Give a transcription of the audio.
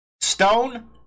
Stone